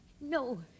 No